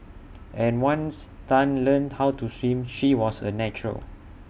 and once Tan learnt how to swim she was A natural